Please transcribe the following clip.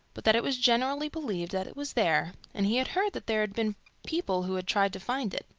but that it was generally believed that it was there, and he had heard that there had been people who had tried to find it,